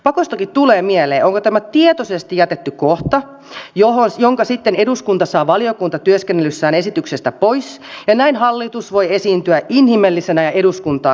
pakostakin tulee mieleen onko tämä tietoisesti jätetty kohta jonka sitten eduskunta saa valiokuntatyöskentelyssään esityksestä pois ja näin hallitus voi esiintyä inhimillisenä ja eduskuntaa kuuntelevana